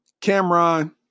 cameron